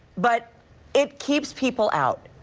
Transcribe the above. but it keeps people out,